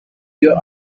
your